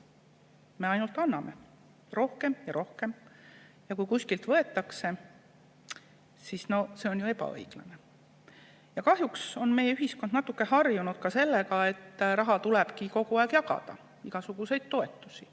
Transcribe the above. Me ainult anname, rohkem ja rohkem, ja kui kusagilt võetakse, siis see on ju ebaõiglane. Kahjuks on meie ühiskond natuke harjunud ka sellega, et raha tulebki kogu aeg jagada, igasuguseid toetusi